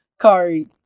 Kari